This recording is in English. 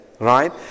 Right